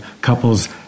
couples